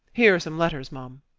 here are some letters, m'm.